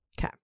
okay